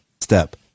step